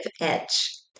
edge